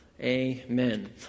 Amen